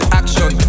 action